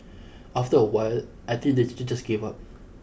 after a while I think the teachers just gave up